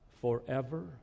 forever